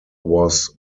was